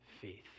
faith